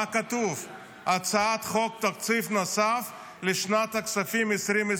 מה כתוב, הצעת חוק תקציב נוסף לשנת הכספים 2024,